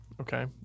okay